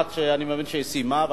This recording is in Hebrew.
אחת שאני מבין שהיא סיימה,